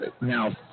now